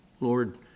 Lord